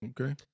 Okay